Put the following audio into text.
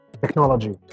Technology